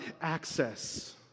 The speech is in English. access